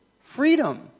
freedom